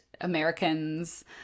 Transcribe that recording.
Americans